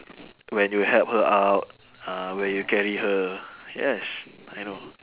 when you help her out uh when you carry her yes I know